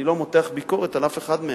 אני לא מותח ביקורת על אף אחד מהם.